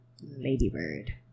ladybird